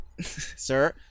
sir